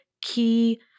key